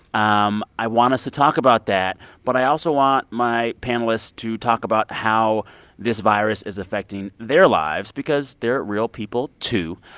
um i want us to talk about that, but i also want my panelists to talk about how this virus is affecting their lives, because they're real people, too.